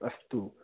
अस्तु